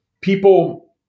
people